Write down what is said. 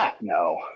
No